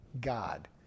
God